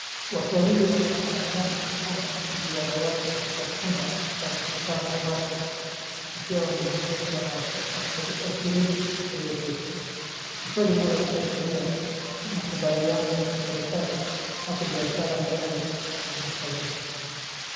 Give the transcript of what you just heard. Watu wawili wanapena mikono juu ya dawati katika chumba cha mkutano rasmi wakiwa wamezungukwa na washiriki walioketi. Tukio linaloashiria makubaliano ya kiserikali ya kibiashara mbele ya mashahidi.